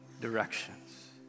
directions